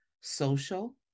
social